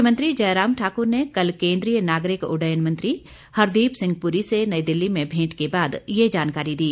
मुख्यमंत्री जयराम ठाकुर ने कल केन्द्रीय नागरिक उड्डयन मंत्री हरदीप सिंह पुरी से नई दिल्ली में भेंट के बाद यह जानकारी दी